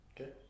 okay